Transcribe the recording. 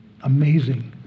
amazing